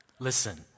Listen